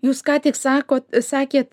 jūs ką tik sakot sakėt